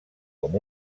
com